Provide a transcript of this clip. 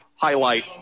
Highlight